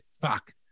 fuck